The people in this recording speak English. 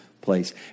place